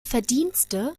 verdienste